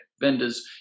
Vendors